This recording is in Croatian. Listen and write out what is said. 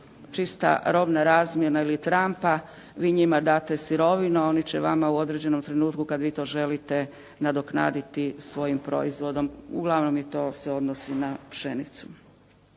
čista robna razmjena ili trampa. Vi njima date sirovinu, a oni će vama u određenom trenutku kad vi to želite nadoknaditi svojim proizvodom. Uglavnom i to se odnosi na pšenicu.